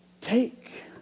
Take